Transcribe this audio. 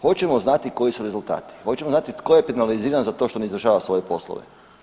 Hoćemo znati koji su rezultati, hoćemo znati tko je penaliziran za to što ne izvršava svoje poslove?